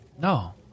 No